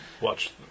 Watch